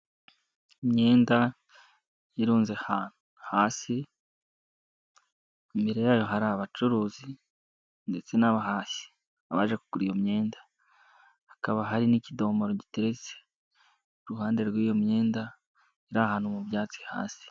Imyenda irunze ahantu hasi. Imbere yayo hari abacuruzi ndetse n'abahashyi baje kugura iyo myenda. Hakaba hari n'ikidomoro giteretse iruhande rw'iyo myenda, iri ahantu mu byatsi hasi.